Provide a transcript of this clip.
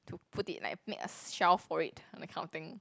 to put like make a shelf for it that kind of thing